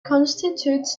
constitutes